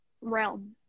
realm